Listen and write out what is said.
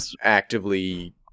actively